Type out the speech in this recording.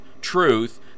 truth